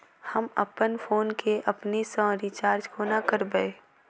हम अप्पन फोन केँ अपने सँ रिचार्ज कोना करबै?